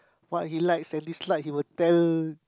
what he likes and dislike he will tell